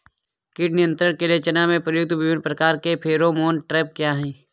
कीट नियंत्रण के लिए चना में प्रयुक्त विभिन्न प्रकार के फेरोमोन ट्रैप क्या है?